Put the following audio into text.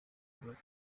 kibazo